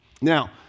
Now